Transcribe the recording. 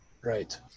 Right